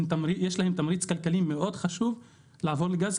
יש להם תמריץ כלכלי מאוד חשוב לעבור לגז,